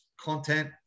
content